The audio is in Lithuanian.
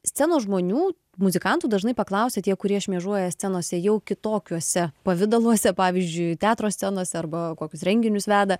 scenos žmonių muzikantų dažnai paklausia tie kurie šmėžuoja scenose jau kitokiuose pavidaluose pavyzdžiui teatro scenose arba kokius renginius veda